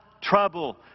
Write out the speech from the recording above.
trouble